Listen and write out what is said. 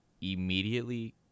immediately